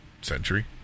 century